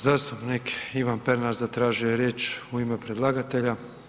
Zastupnik Ivan Pernar zatražio je riječ u ime predlagatelja.